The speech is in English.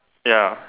ya